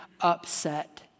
upset